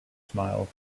smiled